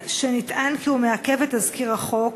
שנטען כי הוא מעכב את תזכיר החוק,